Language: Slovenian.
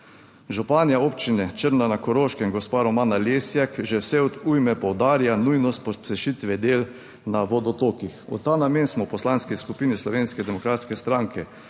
Županja Občine Črna na Koroškem, gospa Romana Lesjak že vse od ujme poudarja nujnost pospešitve del na vodotokih. V ta namen smo v Poslanski skupini Slovenske demokratske stranke